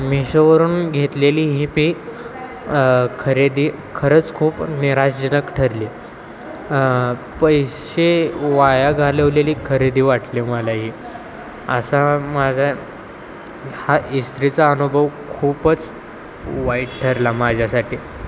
मिशोवरून घेतलेली ही पी खरेदी खरंच खूप निराशाजनक ठरली पैसे वाया घालवलेली खरेदी वाटली मला ही असा माझा हा इस्त्रीचा अनुभव खूपच वाईट ठरला माझ्यासाठी